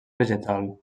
vegetal